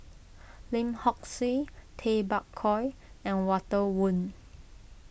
Lim Hock Siew Tay Bak Koi and Walter Woon